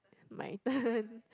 my turn